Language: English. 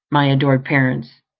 my adored parents,